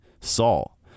Saul